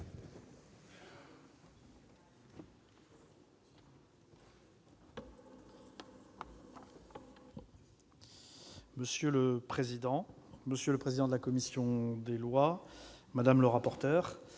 monsieur le secrétaire d'État, monsieur le président de la commission des lois, madame la rapporteur,